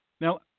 Now